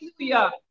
hallelujah